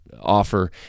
offer